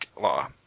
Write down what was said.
law